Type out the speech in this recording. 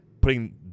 putting